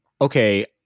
okay